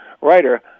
writer